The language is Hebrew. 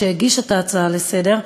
שהגיש את ההצעה לסדר-היום,